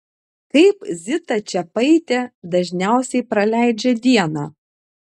kaip zita čepaitė dažniausiai praleidžia dieną